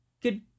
Good